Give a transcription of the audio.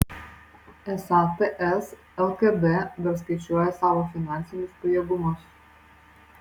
esą ts lkd dar skaičiuoja savo finansinius pajėgumus